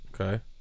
Okay